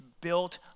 built